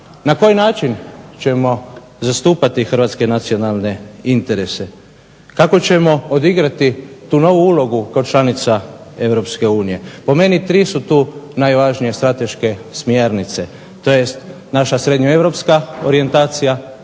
Na koji način ćemo zastupati hrvatske nacionalne interese? Kako ćemo odigrati tu novu ulogu kao članica EU? Po meni tri su tu najvažnije strateške smjernice – to je naša srednjoeuropska orijentacija,